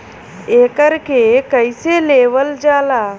एकरके कईसे लेवल जाला?